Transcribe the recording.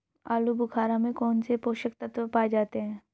आलूबुखारा में कौन से पोषक तत्व पाए जाते हैं?